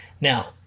Now